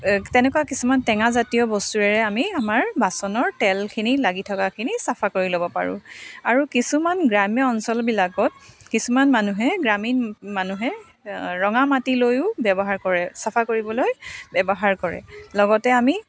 তেনেকুৱা কিছুমান টেঙা জাতীয় বস্তুৰে আমি আমাৰ বাচনৰ তেলখিনি লাগি থকাখিনি চফা কৰি ল'ব পাৰোঁ আৰু কিছুমান গ্ৰাম্য অঞ্চলবিলাকত কিছুমান মানুহে গ্ৰামীণ মানুহে ৰঙা মাটি লৈও ব্যৱহাৰ কৰে চফা কৰিবলৈ ব্যৱহাৰ কৰে লগতে আমি